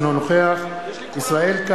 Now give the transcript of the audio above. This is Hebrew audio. אינו נוכח יעקב כץ, אינו נוכח ישראל כץ,